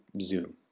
Zoom